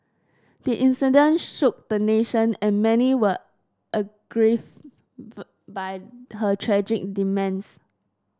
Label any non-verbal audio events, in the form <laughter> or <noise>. the incident shook the nation and many were <unintelligible> by her tragic demise